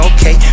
Okay